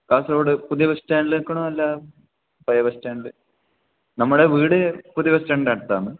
കാസർഗോഡ് പുതിയ ബസ് സ്റ്റാൻഡിൽ നിൽക്കണോ അല്ല പഴയ ബസ് സ്റ്റാൻഡ് നമ്മളുടെ വീട് പുതിയ ബസ് സ്റ്റാൻഡിന് അടുത്താണ്